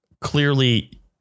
clearly